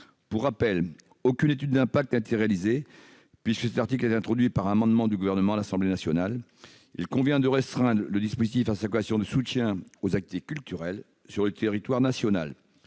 Pour rappel, aucune étude d'impact n'a été réalisée, puisque cet article a été introduit par un amendement du Gouvernement à l'Assemblée nationale. Il convient de restreindre le dispositif à sa vocation de soutien aux activités culturelles sur le territoire national